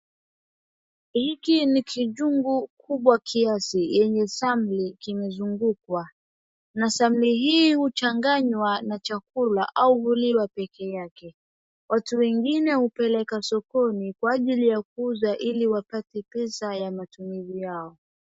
Hiki ni kijungu kubwa kiasi yenye samli kimezungukwa. Na samli hii huchanganywa na chakula au huliwa pekee yake. Watu wengine hupeleka sokoni kwa ajili ya kuuza ili wapate pesa ya matumizi yao.